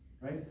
right